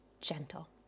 gentle